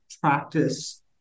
practice